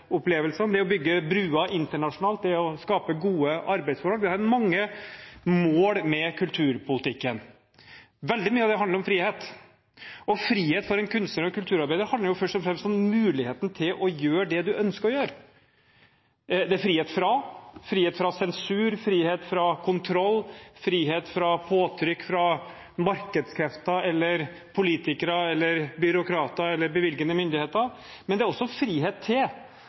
opplevelsene, det er å bygge broer internasjonalt, det er å skape gode arbeidsforhold. Vi har mange mål med kulturpolitikken. Veldig mye av det handler om frihet, og frihet for en kunstner og en kulturarbeider handler jo først og fremst om muligheten til å gjøre det man ønsker å gjøre. Det er frihet fra – frihet fra sensur, frihet fra kontroll, frihet fra påtrykk fra markedskrefter eller politikere eller byråkrater eller bevilgende myndigheter – men det er også frihet til